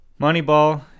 moneyball